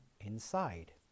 inside